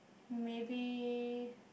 maybe